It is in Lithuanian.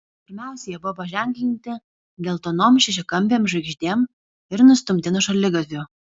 pirmiausia jie buvo paženklinti geltonom šešiakampėm žvaigždėm ir nustumti nuo šaligatvių